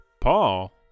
Paul